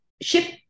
ship